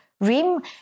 rim